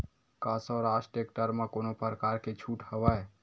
का स्वराज टेक्टर म कोनो प्रकार के छूट हवय?